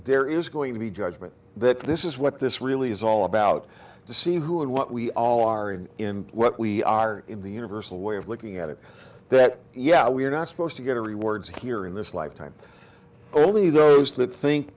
there is going to be judgment that this is what this really is all about to see who and what we all are and what we are in the universal way of looking at it that yeah we're not supposed to get a rewards here in this lifetime only those that think